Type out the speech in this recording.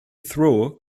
throw